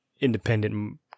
independent